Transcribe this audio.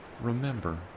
remember